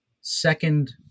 second